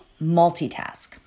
multitask